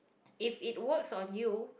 if it works on you